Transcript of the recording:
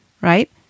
right